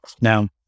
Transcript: Now